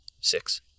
Six